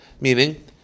meaning